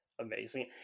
Amazing